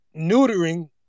neutering